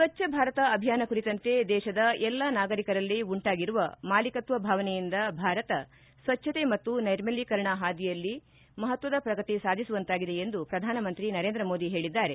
ಸ್ವಜ್ಞ ಭಾರತ ಅಭಿಯಾನ ಕುರಿತಂತೆ ದೇಶದ ಎಲ್ಲ ನಾಗರಿಕರಲ್ಲಿ ಉಂಟಾಗಿರುವ ಮಾಲೀಕತ್ವ ಭಾವನೆಯಿಂದ ಭಾರತ ಸ್ವಜ್ವತೆ ಮತ್ತು ನೈರ್ಮಲೀಕರಣ ಹಾದಿಯಲ್ಲಿ ಮಪತ್ವದ ಪ್ರಗತಿ ಸಾಧಿಸುವಂತಾಗಿದೆ ಎಂದು ಪ್ರಧಾನಮಂತ್ರಿ ನರೇಂದ್ರ ಮೋದಿ ಹೇಳಿದ್ದಾರೆ